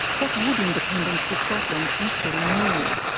what would independence for scotland actually mean?